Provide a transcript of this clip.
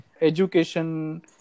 education